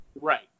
Right